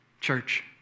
Church